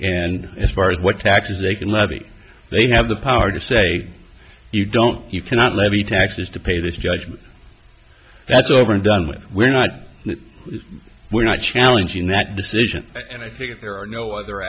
and as far as what taxes they can levy they have the power to say you don't you cannot levy taxes to pay this judgment that's over and done with we're not we're not challenging that decision there are no other